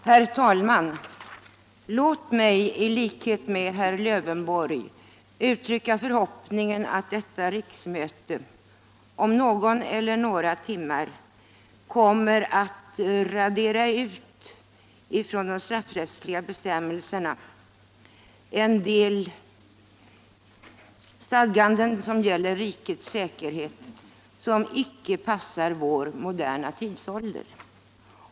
Herr talman! Låt mig i likhet med herr Lövenborg uttrycka förhoppningen att detta riksmöte om någon eller några timmar kommer att från de straffrättsliga bestämmelserna radera ut en del stadganden som gäller rikets säkerhet och som icke passar vår moderna tidsålder.